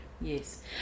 Yes